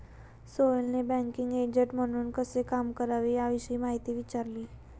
सोहेलने banking agent म्हणून कसे काम करावे याविषयी माहिती विचारली